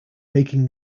making